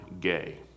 gay